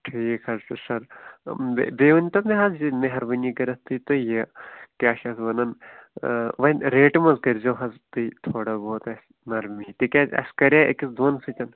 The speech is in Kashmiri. ٹھیٖک حظ چھُ سر بیٚیہِ ؤنتو مےٚ حظ یہِ مہربٲنی کٔرِتھ تہِ تۄہہِ یہِ کیٛاہ چھِ اَتھ وَنان وۄنۍ ریٹہِ منٛز کٔرزیٚو حظ تُہۍ تھوڑا بہت اَسہِ نرمی تِکیٛازِ اَسہِ کَرے أکِس دۄن سۭتۍ